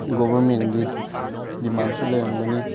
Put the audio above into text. ꯒꯣꯕꯔꯃꯦꯟꯒꯤ ꯗꯤꯃꯥꯟꯁꯨ ꯂꯩꯔꯝꯒꯅꯤ